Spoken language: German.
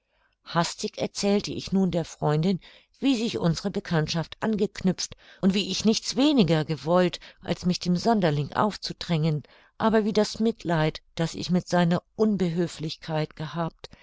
hastig erzählte ich nun der freundin wie sich unsre bekanntschaft angeknüpft und wie ich nichts weniger gewollt als mich dem sonderling aufzudrängen aber wie das mitleid das ich mit seiner unbehülflichkeit gehabt